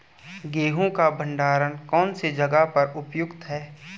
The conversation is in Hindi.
गेहूँ का भंडारण कौन सी जगह पर उपयुक्त है?